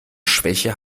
schwäche